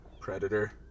Predator